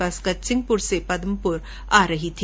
बस गजसिंहपुर से पदमपुर आ रही थी